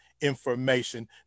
information